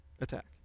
attack